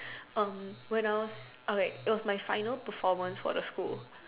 when I was okay it was my finally performance for the school